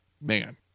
man